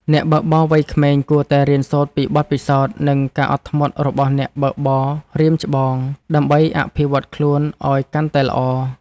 អ្នកបើកបរវ័យក្មេងគួរតែរៀនសូត្រពីបទពិសោធន៍ និងការអត់ធ្មត់របស់អ្នកបើកបររៀមច្បង ដើម្បីអភិវឌ្ឍខ្លួនឱ្យកាន់តែល្អ។